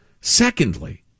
secondly